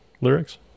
lyrics